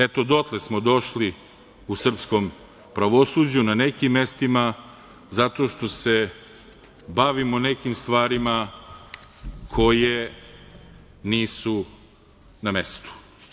Eto, dotle smo došli u srpskom pravosuđu na nekim mestima zato što se bavimo nekim stvarima koje nisu na mestu.